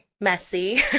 messy